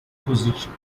position